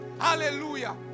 Hallelujah